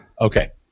Okay